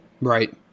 Right